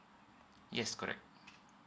yes correct